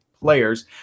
Players